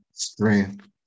strength